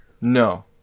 no